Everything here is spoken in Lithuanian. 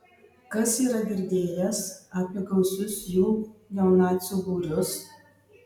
kas yra girdėjęs apie gausius jų neonacių būrius